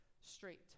straight